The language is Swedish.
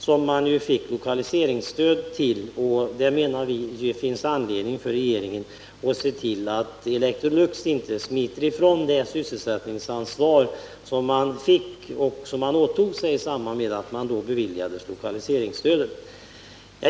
Man fick emellertid lokaliseringsstöd, och vi menar att det nu finns anledning för regeringen att se till att Electrolux inte smiter ifrån det sysselsättningsansvar som företaget åtog sig i samband med att det fick stödet.